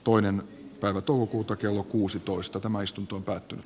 toinen päivä toukokuuta kello kuusitoista tämä istuntoon päätynyt